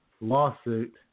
lawsuit